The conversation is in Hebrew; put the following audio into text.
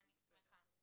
אני שמחה.